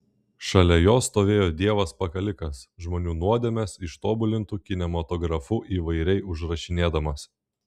šalia jo stovėjo dievas pakalikas žmonių nuodėmes ištobulintu kinematografu įvairiai užrašinėdamas